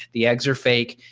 the eggs are fake.